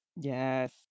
yes